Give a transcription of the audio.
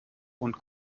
und